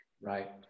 Right